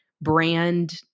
brand